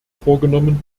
vorgenommen